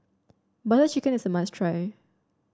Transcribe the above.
Butter Chicken is a must try